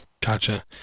Gotcha